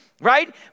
Right